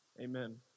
Amen